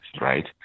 right